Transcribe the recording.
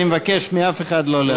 אני מבקש לא להפריע.